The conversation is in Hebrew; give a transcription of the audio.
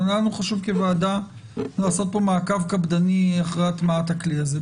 לנו חשוב כוועדה לעשות פה מעקב קפדני אחרי הטמעת הכלי הזה.